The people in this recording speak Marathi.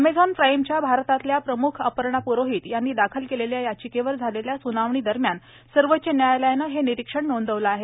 एमेझॉन प्राईमच्या भारतातल्या प्रम्ख अपर्णा प्रोहित यांनी दाखल केलेल्या याचिकेवर झालेल्या सुनावणीदरम्यान सर्वोच्च न्यायालयानं हे निरीक्षण नोंदवलं आहे